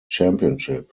championship